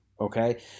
okay